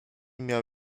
miał